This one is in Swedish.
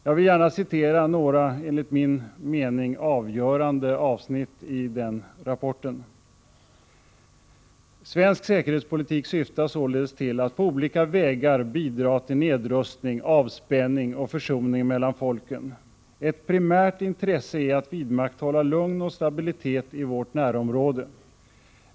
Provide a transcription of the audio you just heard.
Jag vill gärna citera några enligt min mening avgörande avsnitt i rapporten: ”Svensk säkerhetspolitik syftar således också till att på olika vägar bidra till nedrustning, avspänning och försoning mellan folken. Ett primärt intresse är att vidmakthålla lugn och stabilitet i vårt närområde.